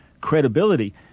credibility